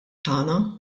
tagħna